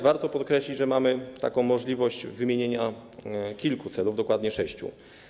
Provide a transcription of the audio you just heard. Warto podkreślić, że mamy możliwość wymienienia kilku celów, dokładnie sześciu.